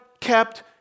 kept